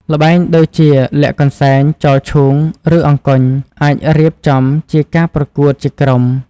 ល្បែងដូចជា លាក់កន្សែង ចោលឈូង ឬ អង្គញ់ អាចរៀបចំជាការប្រកួតជាក្រុម។